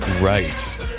Right